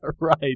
Right